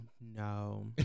No